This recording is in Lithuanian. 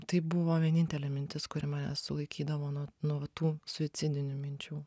tai buvo vienintelė mintis kuri mane sulaikydavo nuo va tų suicidinių minčių